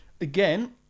Again